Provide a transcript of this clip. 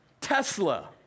Tesla